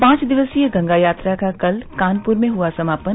पांच दिवसीय गंगा यात्रा का कल कानपूर में हुआ समापन